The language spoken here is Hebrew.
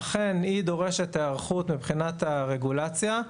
אכן היא דורשת היערכות מבחינת הרגולציה,